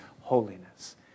holiness